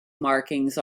markings